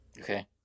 Okay